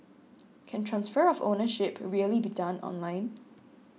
can transfer of ownership really be done online